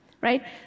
Right